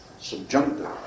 subjunctive